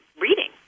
reading